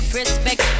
respect